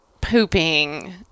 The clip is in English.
pooping